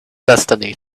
destiny